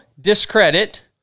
discredit